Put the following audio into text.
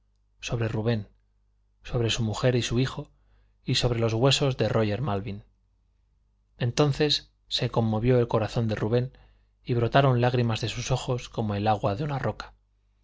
sobre rubén sobre su mujer y su hijo y sobre los huesos de róger malvin entonces se conmovió el corazón de rubén y brotaron lágrimas de sus ojos como el agua de una roca